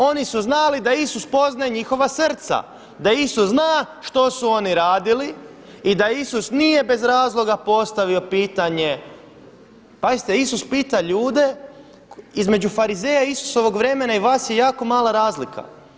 Oni su znali da Isus poznaje njihova srca, da Isus zna što su oni radili i da Isus nije bez razloga postavio pitanje, pazite Isus pita ljude između farizeja i isusovog vremena i vas je jako mala razlika.